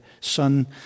son